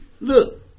Look